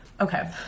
Okay